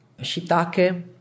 shiitake